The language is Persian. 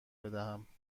بدهم